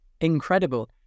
incredible